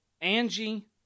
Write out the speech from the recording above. Angie